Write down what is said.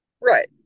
right